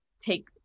take